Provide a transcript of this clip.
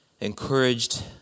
encouraged